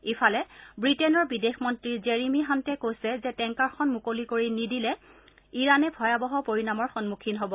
ইফালে বুটেইনৰ বিদেশ মন্ত্ৰী জেৰিমি হাণ্টে কৈছে যে টেংকাৰখন মুকলি কৰি নিদিলে ইৰাণে ভয়াৱহ পৰিণামৰ সন্মুখীন হ'ব